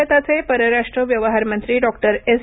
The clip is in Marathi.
भारताचे परराष्ट्र व्यवहारमंत्री डॉक्टर एस